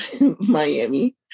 miami